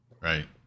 Right